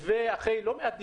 ואחרי לא מעט דיונים,